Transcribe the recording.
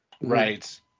right